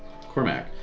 Cormac